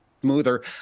smoother